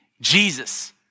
Jesus